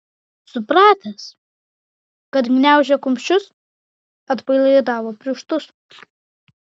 supratęs kad gniaužia kumščius atpalaidavo pirštus